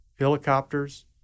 helicopters